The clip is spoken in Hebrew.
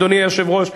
אדוני היושב-ראש,